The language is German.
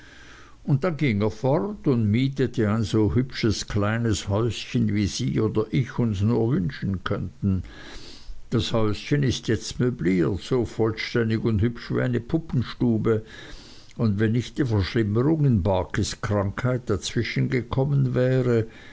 und dann ging er fort und mietete ein so hübsches kleines häuschen wie sie oder ich uns nur wünschen könnten das häuschen ist jetzt möbliert so vollständig und hübsch wie eine puppenstube und wenn nicht die verschlimmerung in barkis krankheit dazwischen gekommen wäre